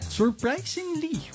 surprisingly